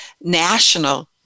national